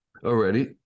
Already